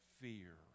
fear